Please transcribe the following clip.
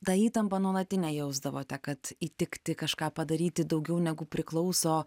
tą įtampą nuolatinę jausdavote kad įtikti kažką padaryti daugiau negu priklauso